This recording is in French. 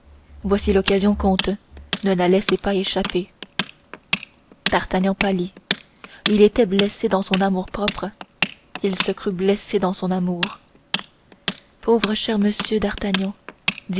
voici l'occasion comte ne la laissez pas échapper d'artagnan pâlit il était blessé dans son amour-propre il se crut blessé dans son amour pauvre cher monsieur